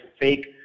fake